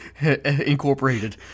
Incorporated